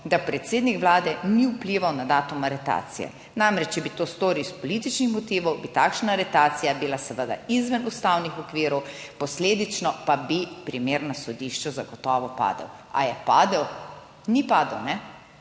da predsednik Vlade ni vplival na datum aretacije. Namreč če bi to storil iz političnih motivov, bi takšna aretacija bila seveda izven ustavnih okvirov, posledično pa bi primer na sodišču zagotovo padel. A je padel? Ni padel, ne,